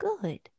good